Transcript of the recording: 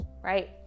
right